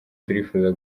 turifuza